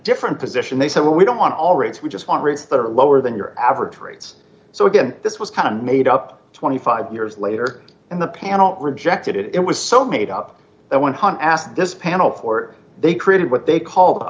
different position they said well we don't want all rates we just want rates that are lower than your average rates so again this was kind of made up twenty five years later and the panel rejected it was so made up that one hundred asked this panel for they created what they call